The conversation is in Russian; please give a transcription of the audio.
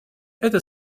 это